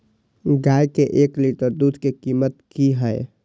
गाय के एक लीटर दूध के कीमत की हय?